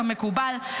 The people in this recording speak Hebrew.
כמקובל.